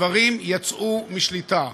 הדברים יצאו משליטה.